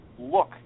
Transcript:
look